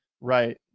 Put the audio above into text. Right